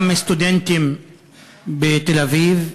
גם מסטודנטים בתל-אביב,